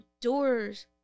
Doors